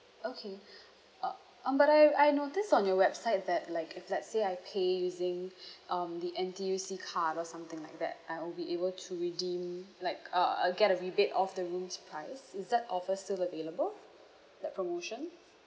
okay uh um but I I noticed on your website that like if let's say I pay using um the N_T_U_C card or something like that I will be able to redeem like uh I'll get a rebate off the room's price is that offer still available that promotion